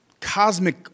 cosmic